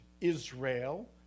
Israel